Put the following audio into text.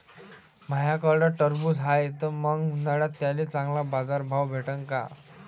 माह्याकडं टरबूज हाये त मंग उन्हाळ्यात त्याले चांगला बाजार भाव भेटन का?